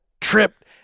tripped